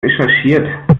recherchiert